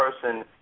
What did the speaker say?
person